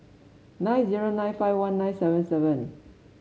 nine zero nine five one nine seven seven